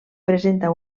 presenta